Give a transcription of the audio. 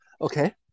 Okay